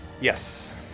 Yes